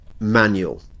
manual